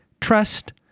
trust